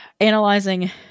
analyzing